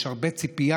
יש הרבה ציפייה,